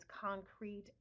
concrete